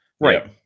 Right